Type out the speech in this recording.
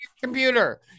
computer